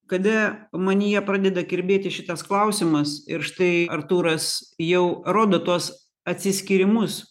kada manyje pradeda kirbėti šitas klausimas ir štai artūras jau rodo tuos atsiskyrimus